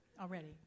already